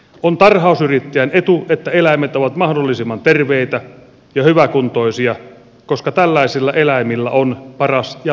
on tarhausyrittäjän etu että eläimet ovat mahdollisimman terveitä ja hyväkuntoisia koska tällaisilla eläimillä on paras ja laadukkain nahka